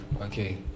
Okay